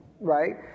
right